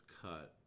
cut